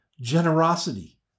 generosity